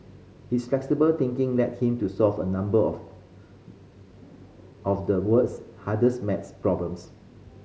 his flexible thinking led him to solve a number of of the world's hardest math problems